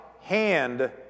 hand